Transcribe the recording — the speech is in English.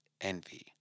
envy